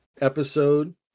episode